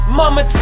mama